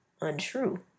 untrue